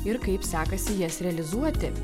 ir kaip sekasi jas realizuoti